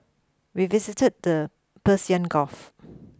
we visited the Persian Gulf